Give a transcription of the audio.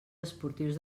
esportius